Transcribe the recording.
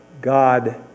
God